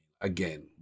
again